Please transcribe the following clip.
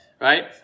right